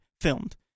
filmed